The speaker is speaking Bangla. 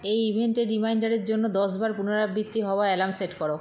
এই ইভেন্টের রিমাইন্ডারের জন্য দশ বার পুনরাবৃত্তি হওয়া অ্যালার্ম সেট কর